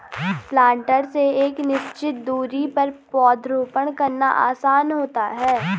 planter से एक निश्चित दुरी पर पौधरोपण करना आसान होता है